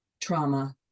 trauma